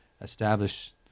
establish